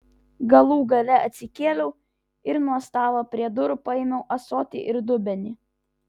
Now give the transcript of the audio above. galų gale atsikėliau ir nuo stalo prie durų paėmiau ąsotį ir dubenį